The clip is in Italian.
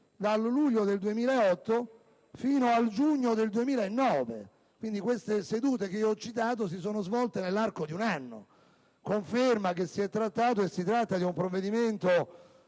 dal luglio 2008 fino al giugno 2009. Quindi, le sedute che ho citato si sono svolte durante l'arco di un anno, a conferma che si è trattato e si tratta di un provvedimento